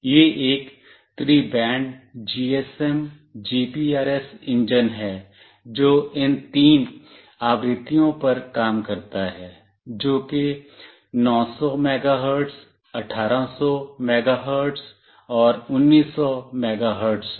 यह एक त्रि बैंड जीएसएम जीपीआरएस इंजन है जो इन तीन आवृत्तियों पर काम करता है जो कि 900 मेगाहर्ट्ज़ 1800 मेगाहर्ट्ज़ और 1900 मेगाहर्ट्ज़ है